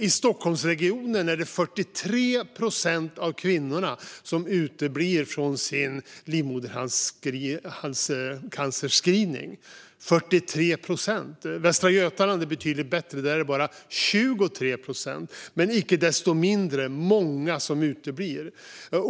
I Stockholmsregionen är det 43 procent av kvinnorna som uteblir från sin screening för livmoderhalscancer - 43 procent! I Västra Götaland är det betydligt bättre; där är det bara 23 procent. Icke desto mindre är det många som uteblir.